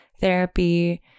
therapy